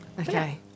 Okay